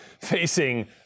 facing